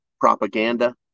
propaganda